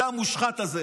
זה המושחת הזה